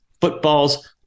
football's